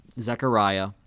Zechariah